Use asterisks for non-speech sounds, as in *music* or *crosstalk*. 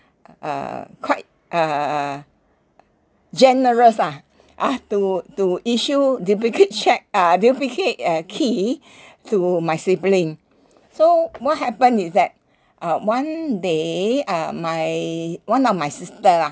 uh quite uh generous ah ah to to issue duplicate check uh duplicate uh key *breath* to my sibling so what happened is that uh one day uh my one of my sister lah